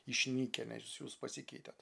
išnykę nes jūs pasikeitėt